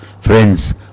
friends